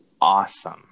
awesome